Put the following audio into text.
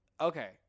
okay